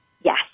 yes